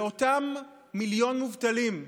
אותם מיליון מובטלים,